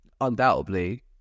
undoubtedly